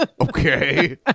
Okay